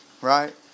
right